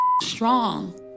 strong